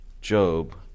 Job